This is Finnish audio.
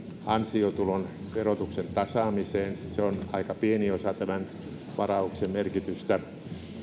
ansiotulon verotuksen tasaamiseen se on aika pieni osa tämän varauksen merkitystä